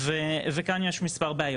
וכאן יש מספר בעיות.